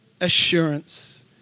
assurance